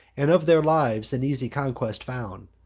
and of their lives an easy conquest found.